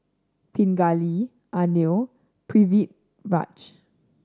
Pingali Anil and Pritiviraj